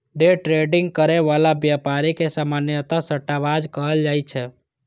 day trading करै बला व्यापारी के सामान्यतः सट्टाबाज कहल जाइ छै